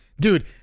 dude